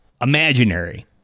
imaginary